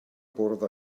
bwrdd